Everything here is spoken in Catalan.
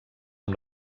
amb